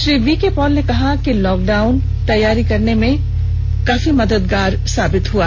Shri V K Paul ने कहा कि लॉकडाउन तैयारी करने में काफी मददगार साबित हआ